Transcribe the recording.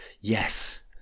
yes